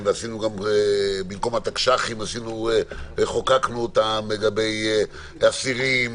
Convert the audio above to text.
ובמקום התקש"חים חוקקנו חוקים לגבי אסירים,